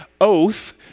oath